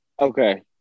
Okay